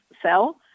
sell